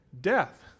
death